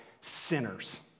sinners